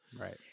Right